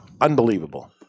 unbelievable